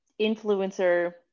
influencer